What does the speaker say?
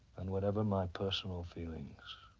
and whatever my personal feelings.